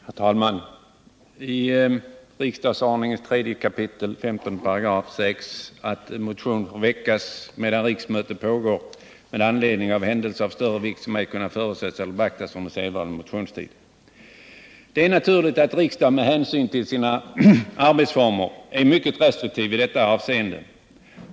Herr talman! I riksdagsordningen 3 kap. 15 § sägs att motion får väckas medan riksmöte pågår med anledning av händelse av större vikt som ej kunnat förutses eller beaktas under sedvanlig motionstid. Det är naturligt att riksdagen med hänsyn till sina arbetsformer är mycket restriktiv i detta avseende.